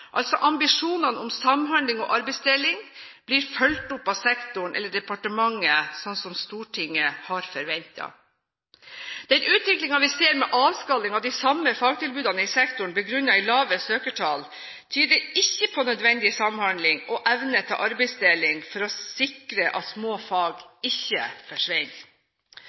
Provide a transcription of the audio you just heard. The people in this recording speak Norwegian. altså ambisjonene om samarbeid og arbeidsdeling, blir fulgt opp av sektoren eller departementet slik Stortinget har forventet. Den utviklingen vi ser med avskalling av de samme fagtilbudene i sektoren begrunnet i lave søkertall, tyder ikke på nødvendig samhandling og evne til arbeidsdeling for å sikre at små fag ikke